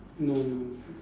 no no no